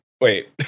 wait